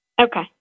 Okay